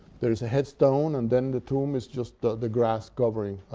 there is a headstone, and then the tomb is just the the grass covering